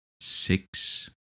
six